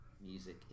music